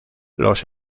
los